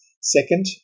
Second